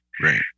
Right